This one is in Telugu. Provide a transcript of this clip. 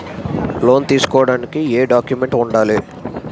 లోన్ తీసుకోడానికి ఏయే డాక్యుమెంట్స్ వుండాలి?